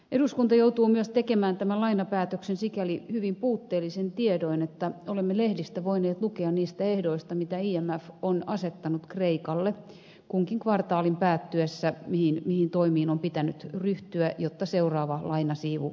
eduskunta joutuu myös tekemään tämän lainapäätöksen sikäli hyvin puutteellisin tiedoin että olemme lehdistä voineet lukea niistä ehdoista joita imf on asettanut kreikalle kunkin kvartaalin päättyessä mihin toimiin on pitänyt ryhtyä jotta seuraava lainasiivu myönnetään